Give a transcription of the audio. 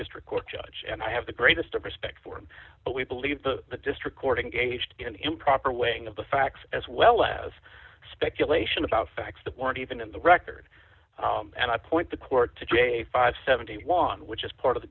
district court judge and i have the greatest of respect for him but we believe the district court engaged in improper weighing of the facts as well as speculation about facts that weren't even in the record and i point the court today five hundred and seventy one which is part of the